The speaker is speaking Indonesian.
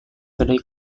kedai